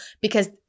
because-